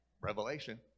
Revelation